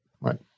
Right